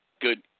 good